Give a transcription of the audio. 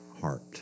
heart